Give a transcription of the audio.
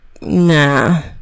Nah